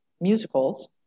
musicals